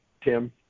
Tim